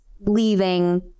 leaving